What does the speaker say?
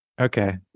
Okay